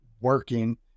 working